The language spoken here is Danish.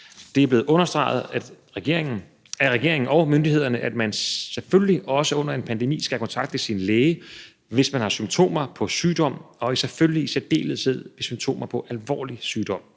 Det er blevet understreget af regeringen og myndighederne, at man selvfølgelig også under en pandemi skal kontakte sin læge, hvis man har symptomer på sygdom og selvfølgelig i særdeleshed ved symptomer på alvorlig sygdom.